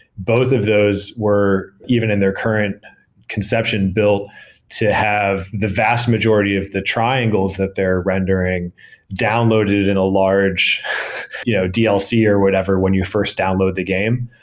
both of those were even in their current conception built to have the vast majority of the triangles that they're rendering downloaded in a large you know dlc or whatever when you first download the game.